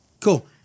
Cool